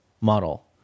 model